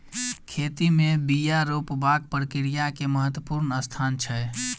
खेती में बिया रोपबाक प्रक्रिया के महत्वपूर्ण स्थान छै